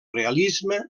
realisme